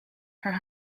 her